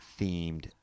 themed